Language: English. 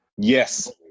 Yes